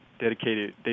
dedicated